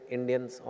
Indians